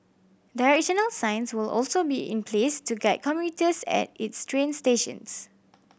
directional signs will also be in place to guide commuters at its train stations